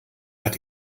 hat